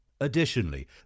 Additionally